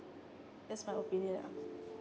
that's my opinion ah